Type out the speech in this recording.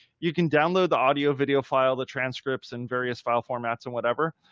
you can download the audio video file, the transcripts, and various file formats and whatever,